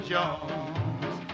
Jones